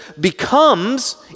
becomes